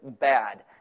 bad